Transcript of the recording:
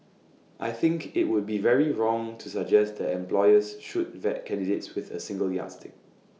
I think IT would be very wrong to suggest that employers should vet candidates with A single yardstick